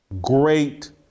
great